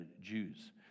Jews